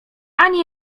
ani